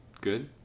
Good